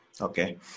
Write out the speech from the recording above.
okay